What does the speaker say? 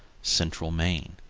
central maine.